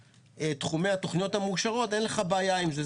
תחומי התכניות המאושרות אין לך בעיה עם זה.